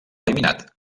eliminat